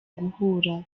guhura